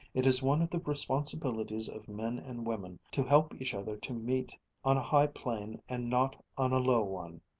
it is one of the responsibilities of men and women to help each other to meet on a high plane and not on a low one.